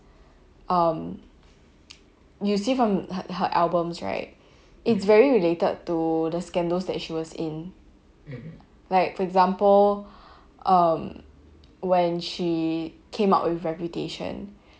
um you see from her her albums right it's very related to the scandals that she was in like for example um when she came up with reputation